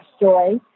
joy